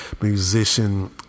musician